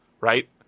right